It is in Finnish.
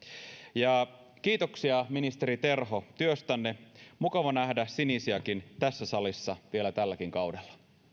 kiitoksia ministeri terho työstänne mukava nähdä sinisiäkin tässä salissa vielä tälläkin kaudella